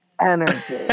energy